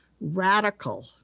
radical